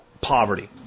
poverty